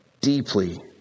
deeply